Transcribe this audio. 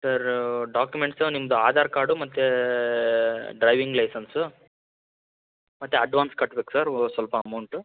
sir documents ನಿಮ್ಮದು Aadhaar card ಮತ್ತು driving licence ಮತ್ತೆ ಅಡ್ವಾನ್ಸ್ ಕಟ್ಬೇಕು ಸರ್ ಒ ಸ್ವಲ್ಪ ಅಮೌಂಟು